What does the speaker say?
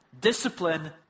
Discipline